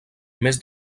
més